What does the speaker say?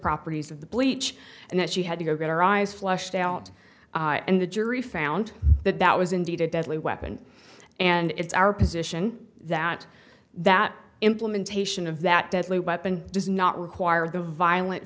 properties of the bleach and that she had to go get her eyes flushed out and the jury found that that was indeed a deadly weapon and it's our position that that implement ation of that deadly weapon does not require the violent